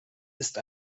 ist